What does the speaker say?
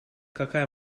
какая